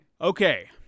Okay